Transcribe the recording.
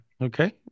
Okay